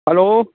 hello